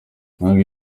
banki